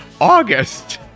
August